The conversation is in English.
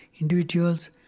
individuals